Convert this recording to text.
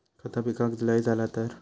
खता पिकाक लय झाला तर?